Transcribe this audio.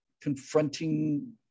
confronting